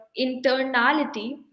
internality